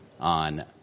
on